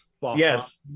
Yes